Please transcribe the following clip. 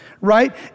right